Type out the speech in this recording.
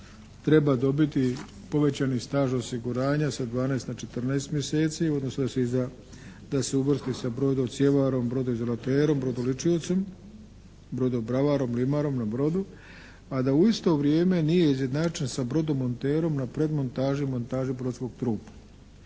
treba dobiti povećani staž osiguranja sa 12 na 14 mjeseci odnosno da se uvrsti sa brodocjevarom, brodoizolaterom, brodoličiocem, brodobravaraom, limarom na brodu a da u isto vrijeme nije izjednačen sa brodomonterom na predmontaži, montaži brodskog trupa.